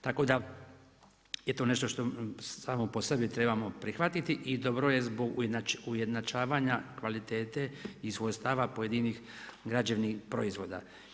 Tako da je to nešto samo po sebi trebamo prihvatiti i dobro je zbog ujednačavanje kvalitete i svojstava pojedinih građevnih proizvoda.